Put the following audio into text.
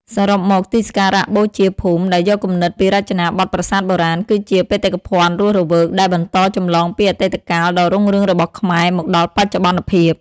សរុបមក ទីសក្ការៈបូជាភូមិដែលយកគំនិតពីរចនាបថប្រាសាទបុរាណ គឺជា បេតិកភណ្ឌរស់រវើក ដែលបន្តចម្លងពីអតីតកាលដ៏រុងរឿងរបស់ខ្មែរ មកដល់បច្ចុប្បន្នភាព។